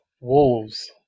Wolves